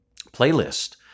playlist